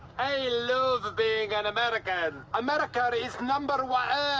i love being an american. america is number one.